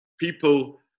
people